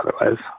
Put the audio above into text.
otherwise